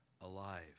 alive